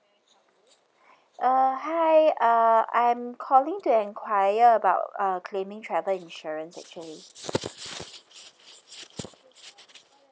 uh hi uh I'm calling to enquire about uh claiming travel insurance actually